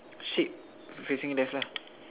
sheep facing left lah